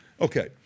Okay